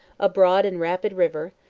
a broad and rapid river,